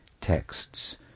texts